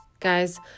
Guys